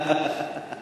חוק